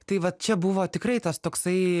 tai va čia buvo tikrai tas toksai